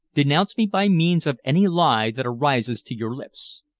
denounce me by means of any lie that arises to your lips,